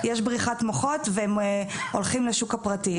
יש בריחת מוחות והם הולכים לשוק הפרטי.